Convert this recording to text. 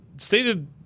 Stated